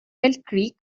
weltkrieg